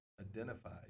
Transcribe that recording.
identified